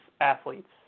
athletes